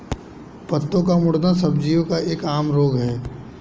पत्तों का मुड़ना सब्जियों का एक आम रोग है